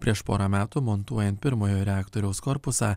prieš porą metų montuojant pirmojo reaktoriaus korpusą